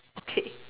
okay